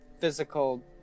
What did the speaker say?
physical